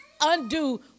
undo